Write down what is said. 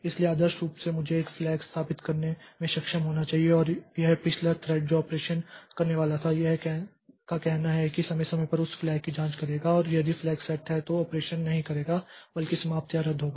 इसलिए आदर्श रूप से मुझे एक फ्लैग स्थापित करने में सक्षम होना चाहिए और यह पिछला थ्रेड जो ऑपरेशन करने वाला था का कहना है कि यह समय समय पर उस फ्लैग की जांच करेगा और यदि फ्लैग सेट है तो यह ऑपरेशन नहीं करेगा बल्कि समाप्त या रद्द होगा